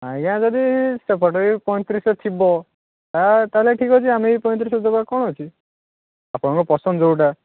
ଆଜ୍ଞା ଯଦି ସେପଟେ ବି ପଇଁତିରିଶରେ ଥିବ ତ ତାହେଲେ ଠିକ୍ ଅଛି ଆମେ ବି ପଇଁତିରିଶରେ ଦେବା କ'ଣ ଅଛି ଆପଣଙ୍କ ପସନ୍ଦ ଯେଉଁଟା